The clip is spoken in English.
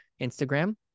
Instagram